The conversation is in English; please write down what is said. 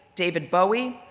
david bowie,